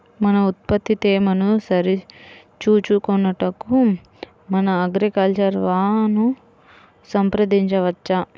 మన ఉత్పత్తి తేమను సరిచూచుకొనుటకు మన అగ్రికల్చర్ వా ను సంప్రదించవచ్చా?